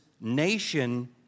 nation